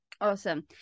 awesome